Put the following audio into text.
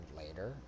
later